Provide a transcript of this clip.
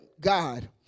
God